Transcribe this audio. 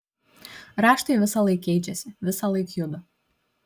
raštai visąlaik keičiasi visąlaik juda